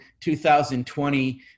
2020